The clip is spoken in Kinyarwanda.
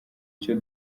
icyo